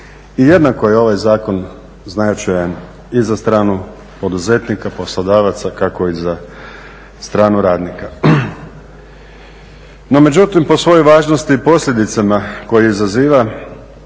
jednako je ovaj zakon značajan i za stranu poduzetnika, poslodavaca kako i za stranu radnika. No međutim, po svojoj važnosti i posljedicama koje izaziva